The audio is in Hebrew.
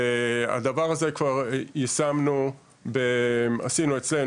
את הדבר הזה כבר יישמנו ועשינו אצלנו,